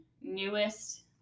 newest